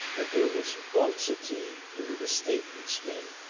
that there was falsity in the statements made,